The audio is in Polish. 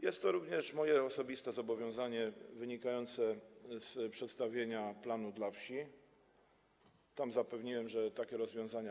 Jest to również moje osobiste zobowiązanie wynikające z przedstawienia „Planu dla wsi”, w którym zapewniłem, że będą takie rozwiązania.